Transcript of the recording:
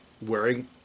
wearing